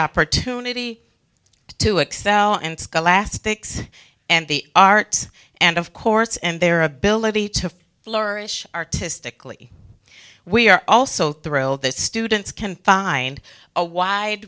opportunity to excel and scholastics and the arts and of course and their ability to flourish artistically we are also thrilled that students can find a wide